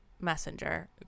Messenger